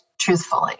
Truthfully